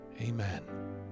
Amen